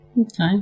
Okay